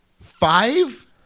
Five